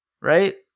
right